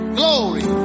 glory